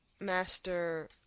master